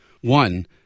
One